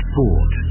Sport